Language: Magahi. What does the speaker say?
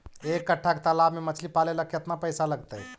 एक कट्ठा के तालाब में मछली पाले ल केतना पैसा लगतै?